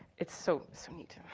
it's so sweet.